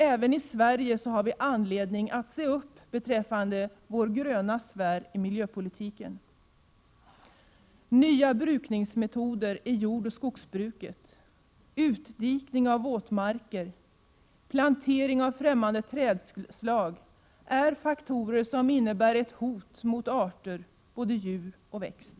Även i Sverige har vi anledning att se upp beträffande vår gröna sfär i miljöpolitiken. Nya brukningsmetoder i jordoch skogsbruket, utdikning av våtmarker, plantering av främmande trädslag är faktorer som innebär ett hot mot både djuroch växtarter.